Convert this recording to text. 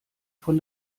von